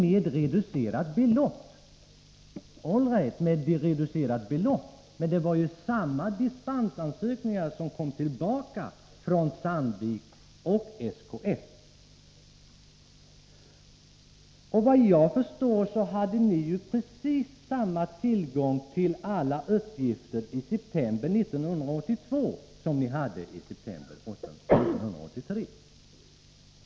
Det skedde då visserligen med reducerat belopp, men det var fråga om samma dispensansökningar, som Sandvik och SKF kom tillbaka med. Såvitt jag förstår hade ni precis samma tillgång till uppgifter i september 1982 som ni hade i september 1983.